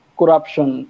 corruption